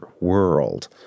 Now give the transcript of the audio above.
world